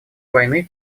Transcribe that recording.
войны